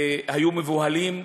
שהיו מבוהלים,